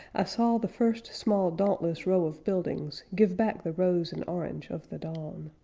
i saw the first, small, dauntless row of buildings give back the rose and orange of the dawn.